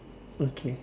okay